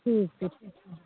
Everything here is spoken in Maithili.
ठीक छै ठीक छै